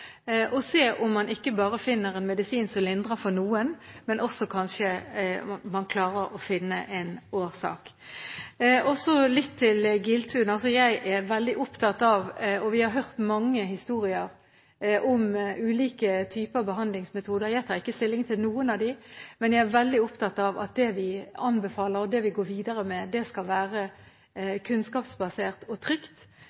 og se om man ikke bare finner en medisin som lindrer for noen, men at man også klarer å finne en årsak. Så litt til Giltun. Vi har hørt mange historier om ulike typer behandlingsmetoder. Jeg tar ikke stilling til noen av dem, men jeg er veldig opptatt av at det vi anbefaler, og det vi går videre med, skal være